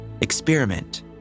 Experiment